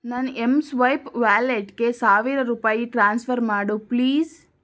ನನ್ನ M swipe ವ್ಯಾಲೆಟ್ಗೆ ಸಾವಿರ ರೂಪಾಯಿ ಟ್ರಾನ್ಸ್ಫರ್ ಮಾಡು ಪ್ಲೀಸ್